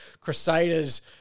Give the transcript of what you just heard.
Crusaders